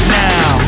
now